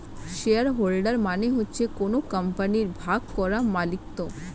share holder মানে হচ্ছে কোন কোম্পানির ভাগ করা মালিকত্ব